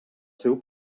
seu